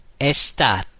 Estate